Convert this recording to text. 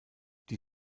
die